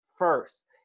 First